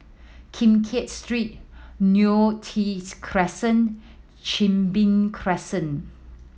Keng Kiat Street Neo Tiew's Crescent Chin Bee Crescent